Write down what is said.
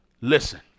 Listen